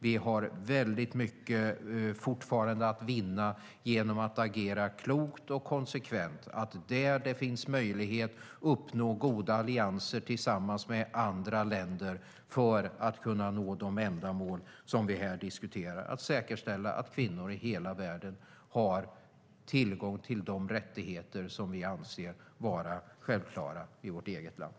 Vi har fortfarande mycket att vinna genom att agera klokt och konsekvent och där det finns möjlighet uppnå goda allianser tillsammans med andra länder för att nå de mål som vi här diskuterar, alltså att säkerställa att kvinnor i hela världen har tillgång till de rättigheter som vi anser vara självklara i vårt eget land.